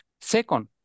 Second